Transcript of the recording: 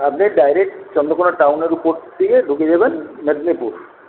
আপনি ডায়রেক্ট চন্দ্রকোনা টাউনের ওপর থেকে ঢুকে যাবেন মেদিনীপুর